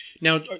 Now